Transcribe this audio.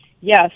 Yes